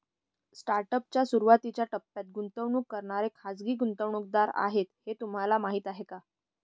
Startup च्या सुरुवातीच्या टप्प्यात गुंतवणूक करणारे खाजगी गुंतवणूकदार आहेत हे तुम्हाला माहीत आहे का?